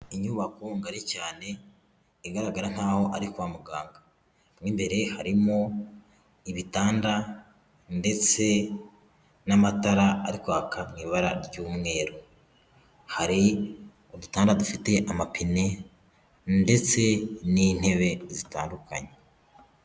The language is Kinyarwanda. Inyubako ngari cyane igaragara nk'aho ari kwa muganga, mo imbere harimo ibitanda ndetse n'amatara ari kwaka mu ibara ry'umweru, hari udutanda dufite amapine ndetse n'intebe zitandukanye.